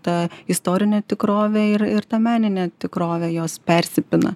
ta istorinė tikrovė ir ir ta meninė tikrovė jos persipina